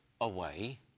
away